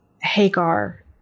Hagar